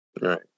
Right